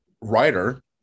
writer